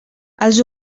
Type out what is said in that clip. els